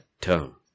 term